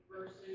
versus